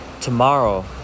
Tomorrow